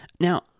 now